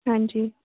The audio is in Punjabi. ਹਾਂਜੀ